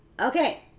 Okay